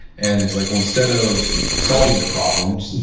and it's like, well, instead of solving the problem,